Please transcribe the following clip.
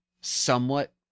somewhat